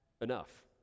enough